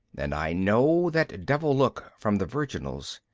and i know that devil-look from the virginals.